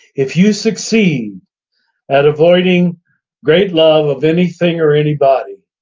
if you succeed at avoiding great love of anything or anybody,